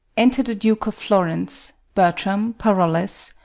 enter the duke of florence, bertram, parolles,